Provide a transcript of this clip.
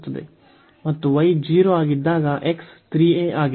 ಮತ್ತು y 0 ಆಗಿದ್ದಾಗ x 3a ಆಗಿದೆ